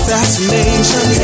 Fascination